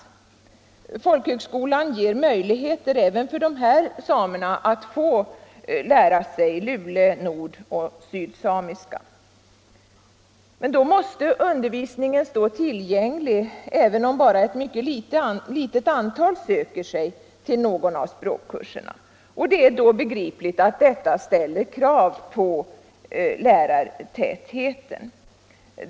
Samernas folkhögskola ger möjligheter även för dessa att få lära sig lule-, nordoch sydsamiska. Undervisningen måste då hållas tillgänglig, även om bara ett mycket litet antal söker sig till någon av språkkurserna. Det är begripligt att detta ställer särskilda krav på lärartäthet.